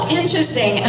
interesting